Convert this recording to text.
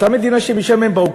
אותה מדינה שמשם הם באו,